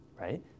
right